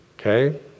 Okay